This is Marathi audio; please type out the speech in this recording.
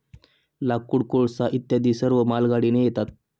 लाकूड, कोळसा इत्यादी सर्व मालगाडीने येतात